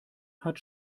hat